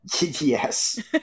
Yes